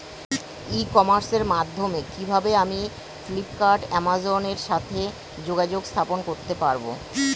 ই কমার্সের মাধ্যমে কিভাবে আমি ফ্লিপকার্ট অ্যামাজন এর সাথে যোগাযোগ স্থাপন করতে পারব?